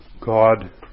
God